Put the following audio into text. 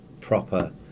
proper